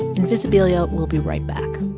invisibilia will be right back